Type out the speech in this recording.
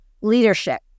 leadership